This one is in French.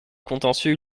contentieux